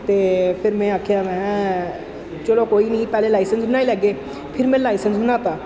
ते फिर में आखेआ महें चलो कोई निं पैह्लें लाइसैंस बनाई लैगे फिर में लाइसैंस बना दित्ता